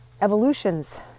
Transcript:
evolutions